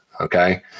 Okay